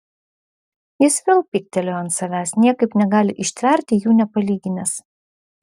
jis vėl pyktelėjo ant savęs niekaip negali ištverti jų nepalyginęs